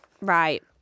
Right